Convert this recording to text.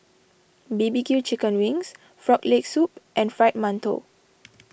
B B Q Chicken Wings Frog Leg Soup and Fried Mantou